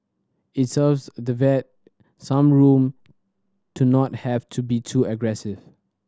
it solves the wed some room to not have to be too aggressive